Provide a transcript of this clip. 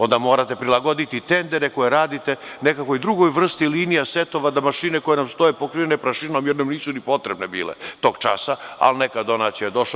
Onda morate prilagoditi tendere koje radite, nekakvoj drugoj vrsti linija, setova, da mašine koje nam stoje pokrivene prašinom, jer nam nisu ni potrebne bile tog časa, ali neka donacija je došla.